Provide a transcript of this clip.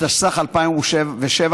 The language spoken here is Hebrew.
התשס"ח 2007,